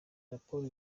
raporo